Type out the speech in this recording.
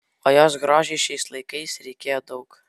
o jos grožiui šiais laikais reikėjo daug